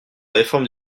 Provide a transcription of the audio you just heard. réforme